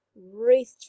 wreathed